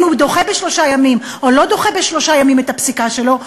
אם הוא דוחה בשלושה ימים או לא דוחה בשלושה ימים את הפסיקה שלו,